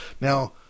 Now